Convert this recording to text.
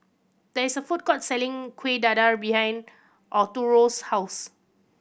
there's a food court selling Kueh Dadar behind Arturo's house